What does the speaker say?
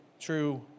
true